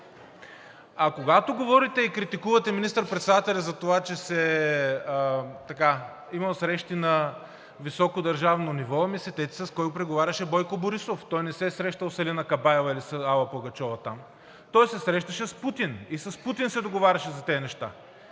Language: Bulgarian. А когато говорите и критикувате министър-председателя затова, че имал срещи на високо държавно ниво, сетете се с кого преговаряше Бойко Борисов. Той не се е срещал с Елена Кабаева или с Алла Пугачова там, той се срещаше с Путин и с Путин се договаряше за тези неща.